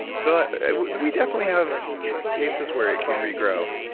so we definitely have cases where it can regrow.